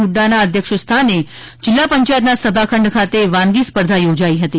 હર્જાના અધ્યક્ષસ્થાને જિલ્લા પંચાયતના સભાખંડ ખાતે વાનગી સ્પર્ધા યોજાઈ હતી